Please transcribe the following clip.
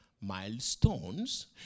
milestones